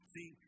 See